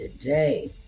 Today